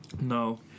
No